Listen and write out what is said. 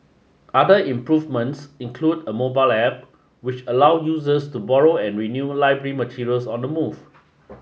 other improvements include a mobile App which allows users to borrow and renew library materials on the move